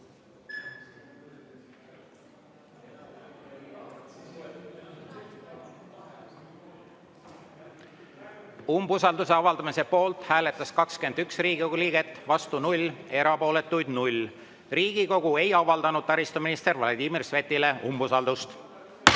Umbusalduse avaldamise poolt hääletas 21 Riigikogu liiget, vastu 0, erapooletuid 0. Riigikogu ei avaldanud taristuminister Vladimir Svetile umbusaldust. Head